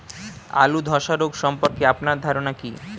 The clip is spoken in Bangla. আলু ধ্বসা রোগ সম্পর্কে আপনার ধারনা কী?